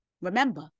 Remember